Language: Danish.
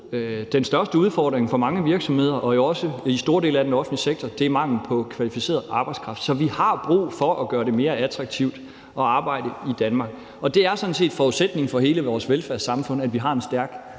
Den største udfordring for mange virksomheder og jo også store dele af den offentlige sektor er mangel på kvalificeret arbejdskraft. Så vi har brug for at gøre det mere attraktivt at arbejde i Danmark. Det er sådan set forudsætningen for hele vores velfærdssamfund, at vi har en stærk